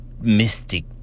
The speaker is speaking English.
mystic